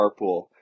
carpool